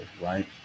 Right